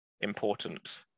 important